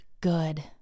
good